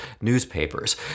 newspapers